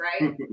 right